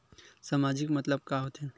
सामाजिक मतलब का होथे?